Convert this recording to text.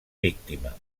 víctima